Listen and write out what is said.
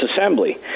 assembly